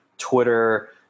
Twitter